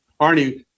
Arnie